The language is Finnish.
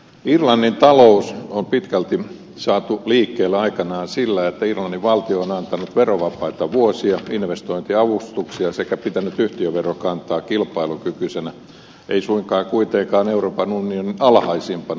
irlannin talous on pitkälti saatu liikkeelle aikanaan sillä että irlannin valtio on antanut verovapaita vuosia investointiavustuksia sekä pitänyt yhtiöverokantaa kilpailukykyisenä ei suinkaan kuitenkaan euroopan unionin alhaisimpana